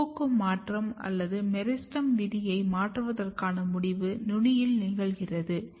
பூ பூக்கும் மாற்றம் அல்லது மெரிஸ்டெம் விதியை மாற்றுவதற்கான முடிவு நுனியில் நிகழ்கிறது